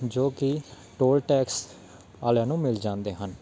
ਜੋ ਕਿ toll tax ਵਾਲਿਆਂ ਨੂੰ ਮਿਲ ਜਾਂਦੇ ਹਨ